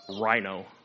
rhino